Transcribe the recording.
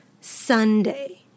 Sunday